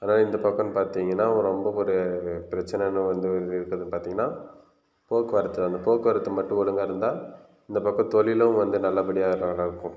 அதாவது இந்த பக்கமுன்னு பார்த்தீங்கன்னா ரொம்ப ஒரு பிரச்சினைன்னு வந்து இருக்கிறது பார்த்தீங்கன்னா போக்குவரத்து வந்து போக்குவரத்து மட்டும் ஒழுங்காக இருந்தால் இந்த பக்கம் தொழிலும் வந்து நல்லபடியாக ரன் ஆகும்